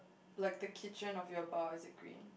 like the kitchen or your bar is it green